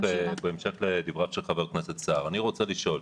בהמשך לדבריו של חבר הכנסת סער אני רוצה לשאול,